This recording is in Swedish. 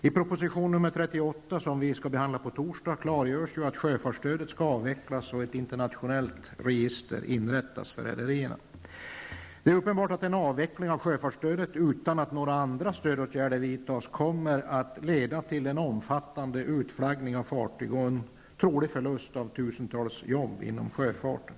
I proposition nr 38, som behandlas på torsdag, klargörs att sjöfartsstödet skall avvecklas och att ett internationellt sjöfartsregister skall inrättas för rederierna. Det är uppenbart att en avveckling av sjöfartsstödet utan att några andra åtgärder vidtas kommer att leda till en omfattande utflaggning av fartyg och en trolig förlust av tusentals arbetstillfällen inom sjöfarten.